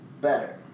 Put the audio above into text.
better